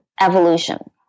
evolution